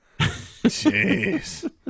Jeez